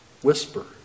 whisper